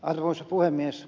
arvoisa puhemies